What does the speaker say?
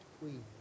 Queen